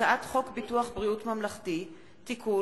הצעת חוק ביטוח בריאות ממלכתי (תיקון,